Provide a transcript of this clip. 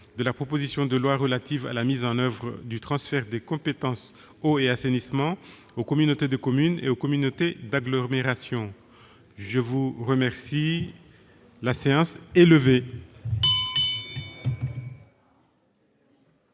de la proposition de loi relative à la mise en oeuvre du transfert des compétences eau et assainissement aux communautés de communes et aux communautés d'agglomération (texte de la